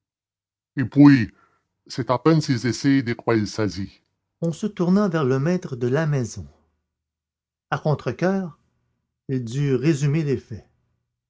c'est à peine si je sais de quoi il s'agit on se tourna vers le maître de la maison à contre-coeur il dut résumer les faits